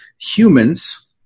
humans